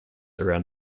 around